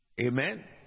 amen